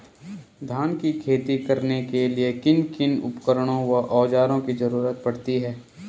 धान की खेती करने के लिए किन किन उपकरणों व औज़ारों की जरूरत पड़ती है?